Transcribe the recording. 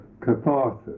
catharsis